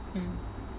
mm